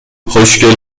خوشگل